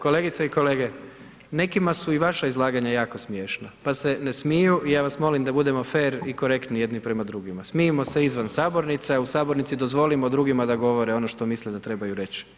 Kolegice i kolege, nekima su i vaša izlaganja jako smiješna pa se ne smiju i ja vas molim da budemo fer i korektni jedni prema drugima, smijmo se izvan sabornice a u sabornici dozvolimo drugima da govore ono što misle da trebaju reći.